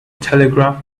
telegraph